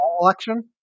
election